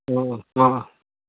ꯎꯝ ꯑꯪ